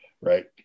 right